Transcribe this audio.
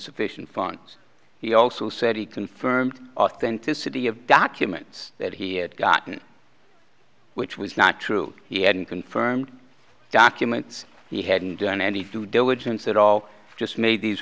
sufficient funds he also said he confirmed authenticity of documents that he had gotten which was not true he hadn't confirmed documents he hadn't done any due diligence at all just made these